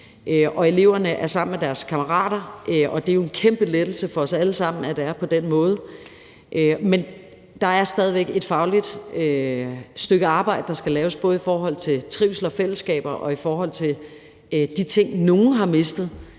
og eleverne er sammen med deres kammerater. Og det er jo en kæmpe lettelse for os alle sammen, at det er på den måde, men der er stadig et fagligt stykke arbejde, der skal laves, både i forhold til trivsel og fællesskaber og i forhold til de ting, nogle har mistet